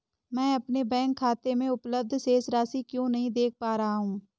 मैं अपने बैंक खाते में उपलब्ध शेष राशि क्यो नहीं देख पा रहा हूँ?